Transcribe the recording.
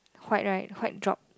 white right white drop